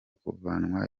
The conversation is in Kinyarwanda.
kuvanwa